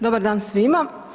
Dobar dan svima.